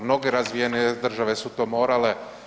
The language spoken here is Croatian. Mnoge razvijenije države su to morale.